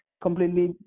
completely